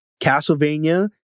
Castlevania